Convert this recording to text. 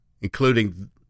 including